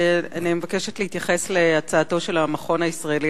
אני מבקשת להתייחס להצעתו של המכון הישראלי